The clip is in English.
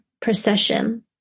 procession